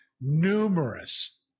numerous